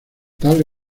tal